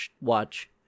watch